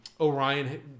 orion